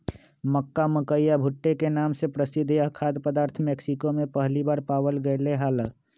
मक्का, मकई या भुट्टे के नाम से प्रसिद्ध यह खाद्य पदार्थ मेक्सिको में पहली बार पावाल गयले हल